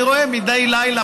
אני רואה מדי לילה,